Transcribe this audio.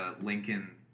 Lincoln